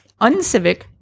uncivic